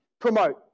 promote